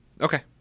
Okay